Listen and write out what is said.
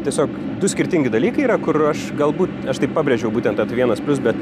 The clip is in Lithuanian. tiesiog du skirtingi dalykai yra kur aš galbūt aš taip pabrėžiau būtent tą t vienas bet